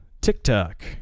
TikTok